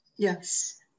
Yes